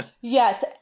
Yes